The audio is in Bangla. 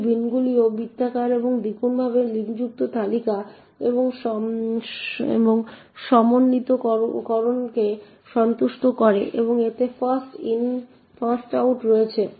এই বিনগুলিও বৃত্তাকার এবং দ্বিগুণভাবে লিঙ্কযুক্ত তালিকা এবং সমন্বিতকরণকে সন্তুষ্ট করে এবং এতে ফার্স্ট ইন ফার্স্ট আউট রয়েছে